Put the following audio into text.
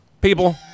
people